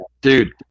dude